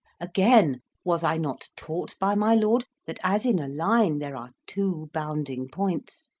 again, was i not taught by my lord that as in a line there are two bounding points,